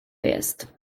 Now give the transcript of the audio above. jest